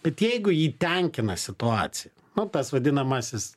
bet jeigu jį tenkina situacija nu tas vadinamasis